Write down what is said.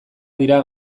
dira